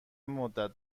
مدت